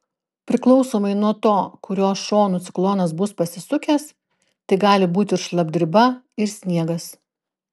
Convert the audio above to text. priklausomai nuo to kuriuo šonu ciklonas bus pasisukęs tai gali būti ir šlapdriba ir sniegas